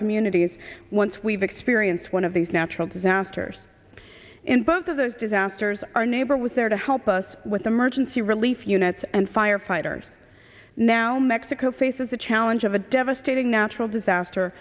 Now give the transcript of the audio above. communities once we've experienced one of these natural disasters in both of those disasters our neighbor was there to help us with the merchants the relief units and firefighters now mexico faces the challenge of a devastating natural disaster